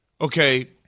okay